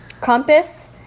Compass